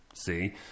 See